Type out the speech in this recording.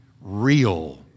real